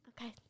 Okay